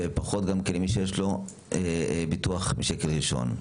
ופחות גם מי שיש לו ביטוח משקל ראשון.